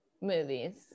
movies